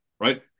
right